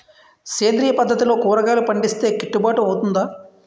సేంద్రీయ పద్దతిలో కూరగాయలు పండిస్తే కిట్టుబాటు అవుతుందా?